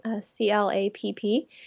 C-L-A-P-P